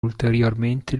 ulteriormente